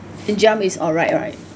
the jump is alright right